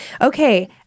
okay